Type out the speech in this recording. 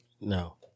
No